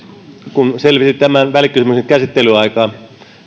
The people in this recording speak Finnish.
kun selvitin tämän välikysymyksen käsittelyaikaa